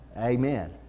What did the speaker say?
Amen